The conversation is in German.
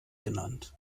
genannt